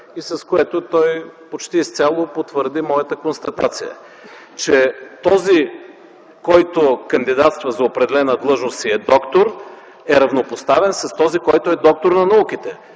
той каза. Той почти изцяло потвърди моята констатация, че този, който кандидатства за определена длъжност „доктор”, е равнопоставен с този, който е „доктор на науките”.